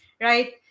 right